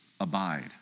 abide